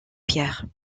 pierres